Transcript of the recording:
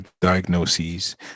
diagnoses